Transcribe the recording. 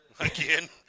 Again